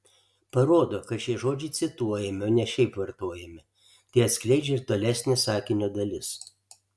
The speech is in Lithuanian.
parodo kad šie žodžiai cituojami o ne šiaip vartojami tai atskleidžia ir tolesnė sakinio dalis